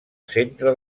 centre